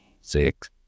six